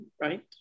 right